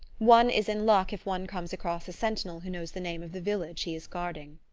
one is in luck if one comes across a sentinel who knows the name of the village he is guarding.